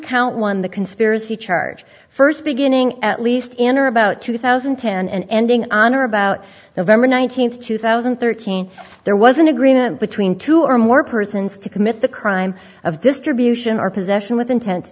count one the conspiracy charge first beginning at least in or about two thousand and ten ending on or about november nineteenth two thousand and thirteen there was an agreement between two or more persons to commit the crime of distribution or possession with inten